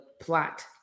plot